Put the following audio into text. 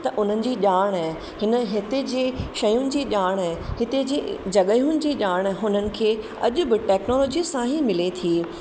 त उन्हनि जी ॼाणु हिन हिते जे शयुनि जी ॼाणु हिते जे जॻहियुनि जी ॼाण हुनन खे अॼ ब टेक्नोलॉजी सां ही मिले थी